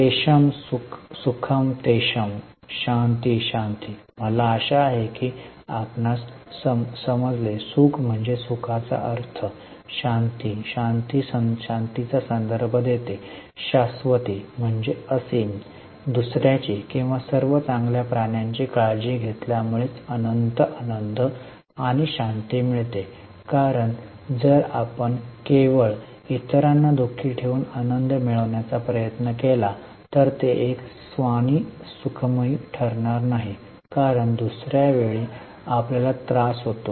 तेषम सुखम तेषम शांती शांती मला आशा आहे की आपण समजले सुख म्हणजे सुखाचा अर्थ शांती शांतीचा संदर्भ देते शास्वती म्हणजे असीम दुसर्याची किंवा सर्व चांगल्या प्राण्यांची काळजी घेतल्यामुळेच अनंत आनंद आणि शांती मिळते कारण जर आपण केवळ इतरांना दुखी ठेवून आनंद मिळवण्याचा प्रयत्न केला तर ते एक स्वास्नी सुखमयी ठरणार नाही कारण दुसर्या वेळी आपल्याला त्रास होतो